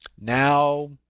now